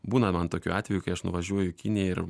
būna man tokių atvejų kai aš nuvažiuoju į kiniją ir